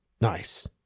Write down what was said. Nice